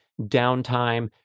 downtime